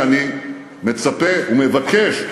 שאני מצפה ומבקש,